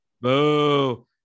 Boo